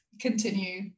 continue